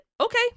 okay